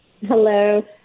Hello